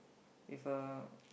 if a